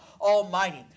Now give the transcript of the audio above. Almighty